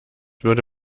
würde